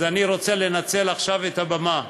אז אני רוצה לנצל עכשיו את הבמה.